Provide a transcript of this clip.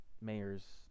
mayor's